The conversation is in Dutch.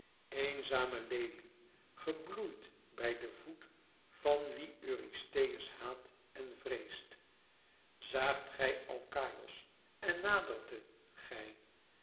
eenzame lelie gebloeid bij den voet van wie eurystheus haat en vreest zaagt gij alkaïos en naderdet gij